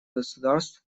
государств